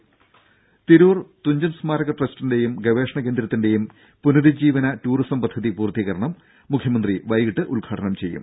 രും തിരൂർ തുഞ്ചൻ സ്മാരക ട്രസ്റ്റിന്റേയും ഗവേഷണ കേന്ദ്രത്തിന്റേയും പുനരുജ്ജീവന ടൂറിസം പദ്ധതി പൂർത്തീകരണം മുഖ്യമന്ത്രി പിണറായി വിജയൻ വൈകീട്ട് ഉദ്ഘാടനം ചെയ്യും